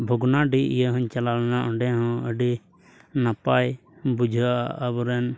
ᱵᱷᱚᱜᱽᱱᱟᱰᱤ ᱤᱭᱟᱹ ᱚᱸᱰᱮ ᱦᱚᱧ ᱪᱟᱞᱟᱣ ᱞᱮᱱᱟ ᱚᱸᱰᱮ ᱦᱚᱸ ᱟᱹᱰᱤ ᱱᱟᱯᱟᱭ ᱵᱩᱡᱷᱟᱹᱣᱚᱜᱼᱟ ᱟᱵᱚᱱ ᱨᱮᱱ